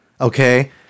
Okay